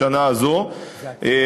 בשנה הזאת,